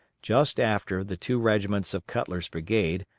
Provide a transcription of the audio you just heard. just after the two regiments of cutler's brigade,